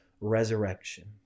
resurrection